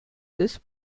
this